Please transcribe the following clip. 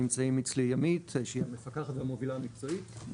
נמצאים איתי ימית שהיא המפקחת והמובילה המקצועית,